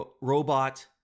robot